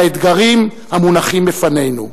לאתגרים המונחים בפנינו.